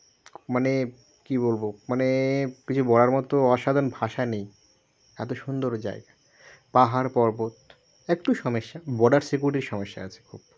মানে কী বলব মানে কিছু বলার মতো অসাধায়ণ ভাষা নেই এতো সুন্দর জায়গা পাহাড় পর্বত একটু সমস্যা বর্ডার সিকুরিটির সমস্যা আছে খুব